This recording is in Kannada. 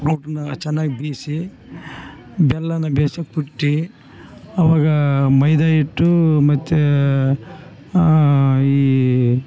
ಚೆನ್ನಾಗಿ ಬೀಸಿ ಬೆಲ್ಲಾನ ಬೇಸೋಕ್ಬಿಟ್ಟು ಅವಾಗ ಮೈದ ಹಿಟ್ಟು ಮತ್ತು ಈ